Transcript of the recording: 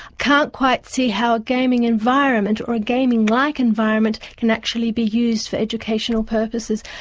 can't quite see how a gaming environment, or a gaming-like environment can actually be used for educational purposes.